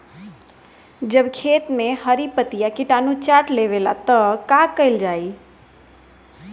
जब खेत मे हरी पतीया किटानु चाट लेवेला तऽ का कईल जाई?